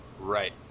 Right